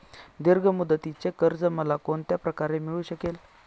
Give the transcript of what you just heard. दीर्घ मुदतीचे कर्ज मला कोणत्या प्रकारे मिळू शकेल?